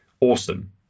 Awesome